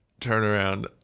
Turnaround